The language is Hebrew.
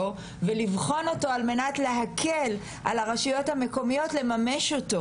ולבחון אותו על מנת להקל על הרשויות המקומיות לממש אותו.